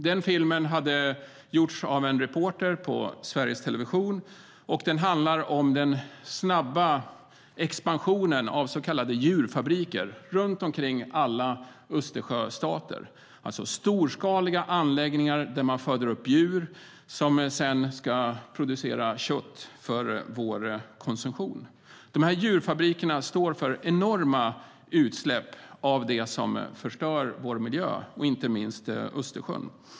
Den filmen har gjorts av en reporter på Sveriges Television. Den handlar om den snabba expansionen av så kallade djurfabriker i alla Östersjöstater. Det är alltså storskaliga anläggningar där man föder upp djur som sedan ska producera kött för vår konsumtion. De här djurfabrikerna står för enorma utsläpp av det som förstör vår miljö och inte minst Östersjön.